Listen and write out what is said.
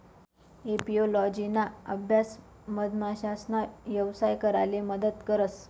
एपिओलोजिना अभ्यास मधमाशासना यवसाय कराले मदत करस